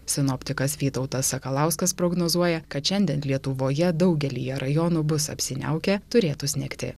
sinoptikas vytautas sakalauskas prognozuoja kad šiandien lietuvoje daugelyje rajonų bus apsiniaukę turėtų snigti